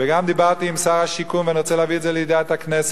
וגם דיברתי עם שר השיכון ואני רוצה להביא את זה לידיעת הכנסת,